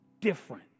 different